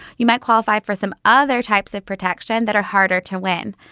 you might qualify for some other types of protection that are harder to win.